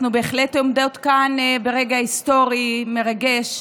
אנחנו בהחלט עומדות כאן ברגע היסטורי, מרגש.